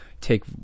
take